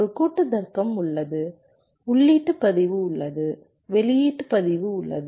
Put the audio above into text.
ஒரு கூட்டு தர்க்கம் உள்ளது உள்ளீட்டு பதிவு உள்ளது வெளியீட்டு பதிவு உள்ளது